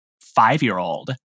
five-year-old